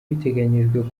biteganyijwe